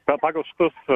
pa pagal šitus